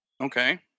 Okay